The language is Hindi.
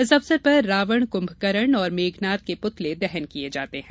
इस अवसर पर रावण कुंभकरन और मेघनाद के पूतले दहन किये जाते हैं